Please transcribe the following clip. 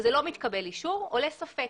כשלא מתקבל אישור, עולה ספק.